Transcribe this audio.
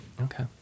Okay